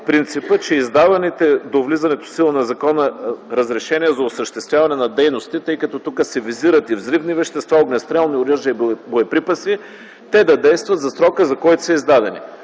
принципът, че издаваните до влизането в сила на закона разрешения за осъществяване на дейности, тъй като тук се визират и взривни вещества, огнестрелни оръжия и боеприпаси, да действат за срока, за който са издадени,